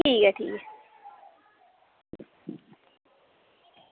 ठीक ऐ ठीक ऐ